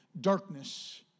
darkness